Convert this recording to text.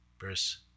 Verse